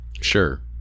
Sure